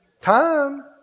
time